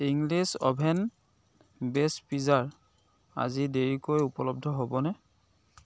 English oven বেচ পিজ্জাৰ আজি দেৰিকৈ উপলব্ধ হ'বনে